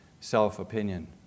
self-opinion